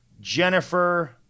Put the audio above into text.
Jennifer